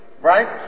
right